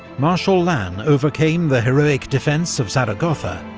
marshal lannes overcame the heroic defence of zaragoza,